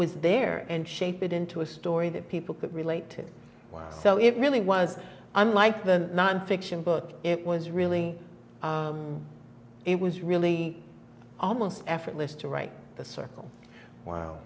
was there and shape it into a story that people could relate to so it really was unlike the nonfiction book it was really it was really almost effortless to write the circle